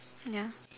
ya